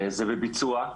זה בביצוע.